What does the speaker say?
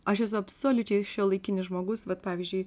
aš esu absoliučiai šiuolaikinis žmogus vat pavyzdžiui